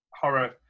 horror